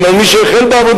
גם על מי שהחל בעבודה,